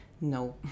no